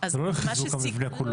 זה לא לחיזוק המבנה כולו.